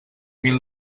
mil